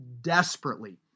desperately